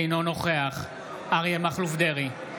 אינו נוכח אריה מכלוף דרעי,